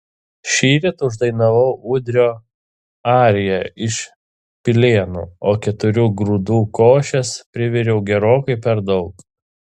šįryt uždainavau ūdrio ariją iš pilėnų o keturių grūdų košės priviriau gerokai per daug